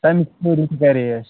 تَمہِ ژوٗرِ ہُنٛد تہِ کَرے اسہِ